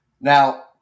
now